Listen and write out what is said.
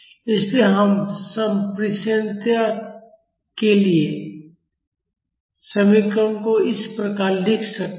इसलिए हम संप्रेषणीयता के लिए समीकरण को इस प्रकार लिख सकते हैं